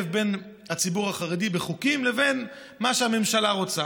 בין הציבור החרדי בחוקים לבין מה שהממשלה רוצה.